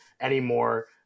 anymore